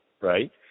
right